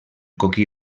coquí